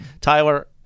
Tyler